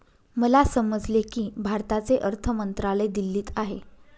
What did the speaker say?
मला समजले की भारताचे अर्थ मंत्रालय दिल्लीत आहे